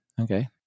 Okay